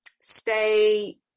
stay